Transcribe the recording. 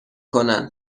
کنن